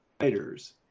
writers